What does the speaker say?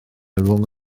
rhwng